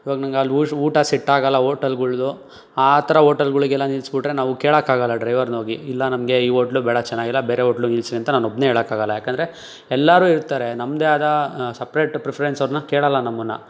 ಈವಾಗ ನನಗೆ ಅಲ್ಲಿ ಊಟ ಸೆಟ್ಟಾಗಲ್ಲ ಹೋಟಲ್ಗಳ್ದು ಆ ಥರ ಹೋಟಲ್ಗಳಿಗೆಲ್ಲ ನಿಲ್ಸಿ ಬಿಟ್ಟರೆ ನಾವು ಕೇಳಕ್ಕಾಗಲ್ಲ ಡ್ರೈವರನ್ನ ಹೋಗಿ ಇಲ್ಲ ನಮಗೆ ಈ ಹೋಟ್ಲು ಬೇಡ ಚೆನ್ನಾಗಿಲ್ಲ ಬೇರೆ ಹೋಟ್ಲ್ಗೆ ನಿಲ್ಲಿಸಿ ಅಂತ ನಾನು ಒಬ್ಬನೇ ಹೇಳಕ್ಕಾಗಲ್ಲ ಯಾಕೆಂದರೆ ಎಲ್ಲರು ಇರ್ತಾರೆ ನಮ್ಮದೇ ಆದ ಸಪ್ರೇಟ್ ಪ್ರಿಫರೆನ್ಸ್ ಅವರನ್ನ ಕೇಳಲ್ಲ ನಮ್ಮನ್ನು